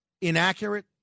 inaccurate